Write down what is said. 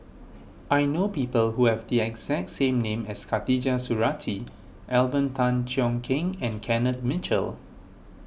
I know people who have the exact same name as Khatijah Surattee Alvin Tan Cheong Kheng and Kenneth Mitchell